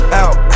out